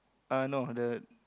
uh no the